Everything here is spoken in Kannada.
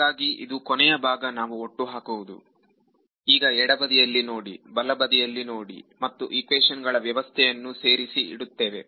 ಹಾಗಾಗಿ ಇದು ಕೊನೆಯ ಭಾಗ ನಾವು ಒಟ್ಟು ಹಾಕುವುದು ನಾವು ಈಗ ಎಡಬದಿಯಲ್ಲಿ ನೋಡಿ ಬಲಬದಿಯಲ್ಲಿ ನೋಡಿ ಮತ್ತು ಈಕ್ವೇಶನ್ ಗಳ ವ್ಯವಸ್ಥೆಯನ್ನು ಸೇರಿಸಿ ಇಡುತ್ತೇವೆ